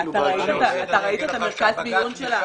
אתה ראית את מרכז המיון של החבילות?